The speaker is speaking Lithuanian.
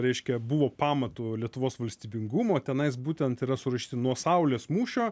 reiškia buvo pamatu lietuvos valstybingumo tenais būtent yra surašyti nuo saulės mūšio